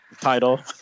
title